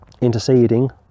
interceding